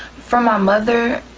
from my mother,